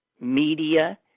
media